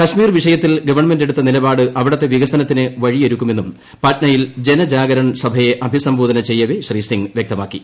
കാശ്മീർ വിഷയത്തിൽ ഗവൺമെന്റ് എടുത്ത നിലപാട് അവിടുത്തെ വികസനത്തിന് വഴിയൊരുക്കുമെന്നും പാട്നയിൽ ജനജാഗരൺ സഭയെ അഭിസംബോധന ചെയ്യവേ ശ്രീ സിങ് വ്യക്തമാക്കി